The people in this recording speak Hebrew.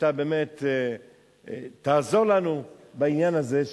שאתה תעזור לנו בעניין הזה,